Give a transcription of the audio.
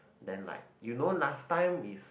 then like you know last time is